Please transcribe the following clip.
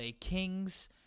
kings